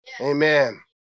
Amen